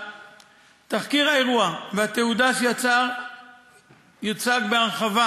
תחקיר האירוע והתהודה שיצר יוצגו בהרחבה